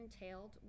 entailed